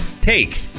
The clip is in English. Take